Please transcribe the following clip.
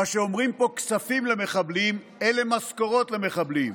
מה שאומרים פה "כספים למחבלים" אלה משכורות למחבלים.